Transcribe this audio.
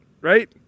right